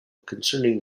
concerning